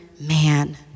man